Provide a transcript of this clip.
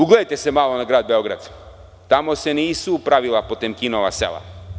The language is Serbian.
Ugledajte se malo na Grad Beograd, tamo se nisu pravila „potemkinova sela“